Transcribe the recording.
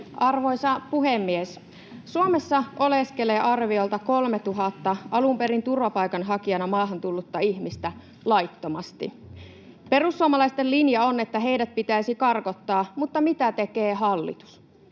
Arvoisa puhemies! Suomessa oleskelee arviolta 3 000 alun perin turvapaikanhakijana maahan tullutta ihmistä laittomasti. Perussuomalaisten linja on, että heidät pitäisi karkottaa. Mutta mitä tekee hallitus?